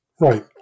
right